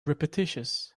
repetitious